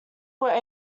were